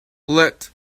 lit